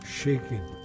shaking